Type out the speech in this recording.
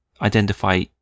identify